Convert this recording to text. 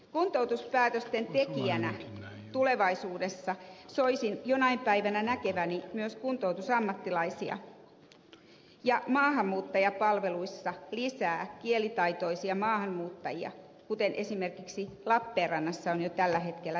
kuntoutuspäätösten tekijänä tulevaisuudessa soisin jonain päivänä näkeväni myös kuntoutusammattilaisia ja maahanmuuttajapalveluissa lisää kielitaitoisia maahanmuuttajia kuten esimerkiksi lappeenrannassa on jo tällä hetkellä